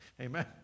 Amen